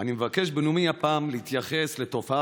אני מבקש בנאומי הפעם להתייחס לתופעה